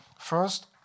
First